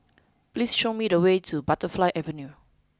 please show me the way to Butterfly Avenue